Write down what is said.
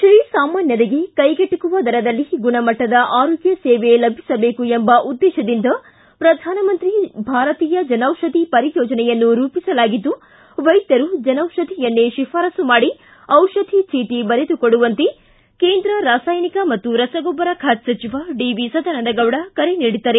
ಶ್ರೀಸಾಮಾನ್ಯರಿಗೆ ಕೈಗೆಟಕುವ ದರದಲ್ಲಿ ಗುಣಮಟ್ಟದ ಆರೋಗ್ಯ ಸೇವೆ ಲಭಿಸಬೇಕು ಎಂಬ ಉದ್ದೇಶದಿಂದ ಪ್ರಧಾನಮಂತ್ರಿ ಭಾರತೀಯ ಜನೌಷಧಿ ಪರಿಯೋಜನೆಯನ್ನು ರೂಪಿಸಲಾಗಿದ್ದು ವೈದ್ಯರು ಜನೌಷಧಿಯನ್ನೇ ಶಿಫಾರಸು ಮಾಡಿ ದಿಷಧ ಚೀಟಿ ಬರೆದುಕೊಡುವಂತೆ ಕೇಂದ್ರ ರಾಸಾಯನಿಕ ಹಾಗೂ ರಸಗೊಬ್ಬರ ಖಾತೆ ಸಚಿವ ಡಿ ವಿ ಸದಾನಂದ ಗೌಡ ಕರೆ ನೀಡಿದ್ದಾರೆ